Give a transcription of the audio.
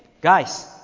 guys